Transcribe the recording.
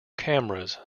cameras